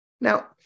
Now